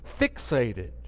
fixated